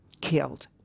killed